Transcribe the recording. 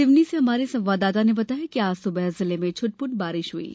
सिवनी से हमारे संवाददाता ने बताया है कि आज सुबह जिले में छुटपुट बारिश हुई है